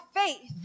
faith